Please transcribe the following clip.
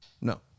No